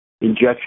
injection